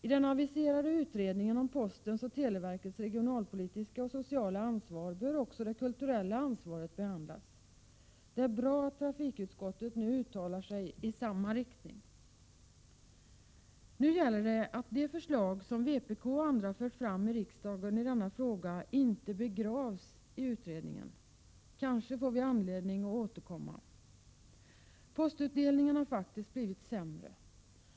I den aviserade utredningen om postens och televerkets regionalpolitiska och sociala ansvar bör också det kulturella ansvaret behandlas. Det är bra att trafikutskottet nu uttalar sig i samma riktning. Nu gäller det att de förslag som vpk och andra fört fram i riksdagen i denna fråga inte begravs i utredningen. Kanske får vi anledning att återkomma. Postutdelningen har faktiskt blivit sämre.